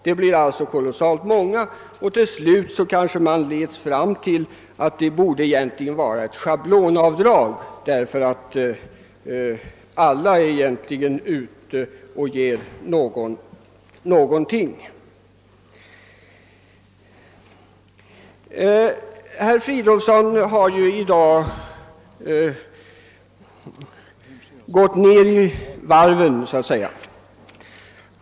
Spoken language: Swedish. Det blir alltså fråga om synnerligen många ändamål och till slut kommer man kanske fram till att det borde finnas ett schablonavdrag, eftersom ju alla egentligen ger någonting. Herr Fridolfsson har i dag så att säga gått ner i varv.